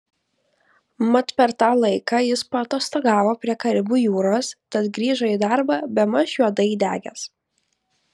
mat per tą laiką jis paatostogavo prie karibų jūros tad grįžo į darbą bemaž juodai įdegęs